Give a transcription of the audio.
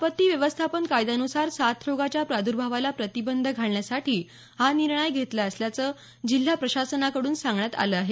आपत्ती व्यवस्थापन कायद्यानुसार साथरोगाच्या प्रादर्भावाला प्रतिबंध घालण्यासाठी हा निर्णय घेतला असल्याचं जिल्हा प्रशासनाकडून सांगण्यात आलं आहे